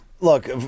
Look